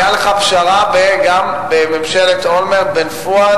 היתה לך פשרה בממשלת אולמרט בין פואד,